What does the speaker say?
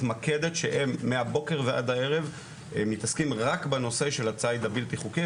שהם מהבוקר ועד הערב הם מתעסקים רק בנושא של הציד הבלתי חוקי,